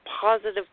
positive